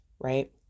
right